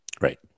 Right